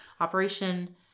Operation